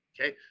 Okay